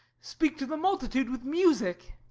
speak to the multitude with music.